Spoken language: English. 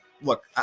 Look